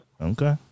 Okay